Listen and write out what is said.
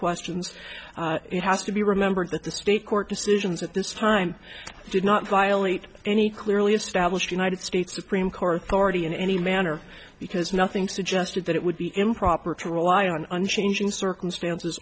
questions it has to be remembered that the state court decisions at this time did not violate any clearly established united states supreme court already in any manner because nothing suggested that it would be improper to rely on unchanging circumstances